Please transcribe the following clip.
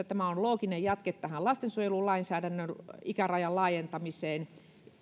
tämä lainsäädäntö on looginen jatke tähän lastensuojelulainsäädännön ikärajan laajentamiseen